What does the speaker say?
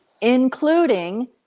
including